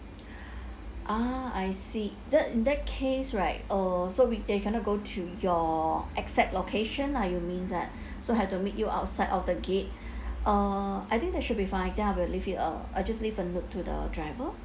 ah I see that in that case right uh so we they cannot go to your exact location lah you mean that so have to meet you outside of the gate uh I think that should be fine they are going to leave it uh I'll just leave it note to the driver